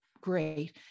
great